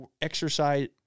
exercise